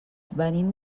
venim